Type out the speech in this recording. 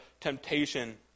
temptation